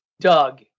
Doug